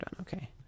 okay